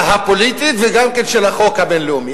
הפוליטית וגם כן של החוק הבין-לאומי.